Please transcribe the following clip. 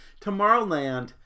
Tomorrowland